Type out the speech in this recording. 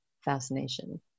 fascination